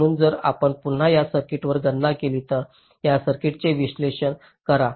म्हणून जर आपण पुन्हा या सर्किटवर गणना केली तर या सर्किटचे विश्लेषण करा